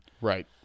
Right